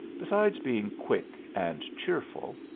besides being quick and cheerful,